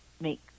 make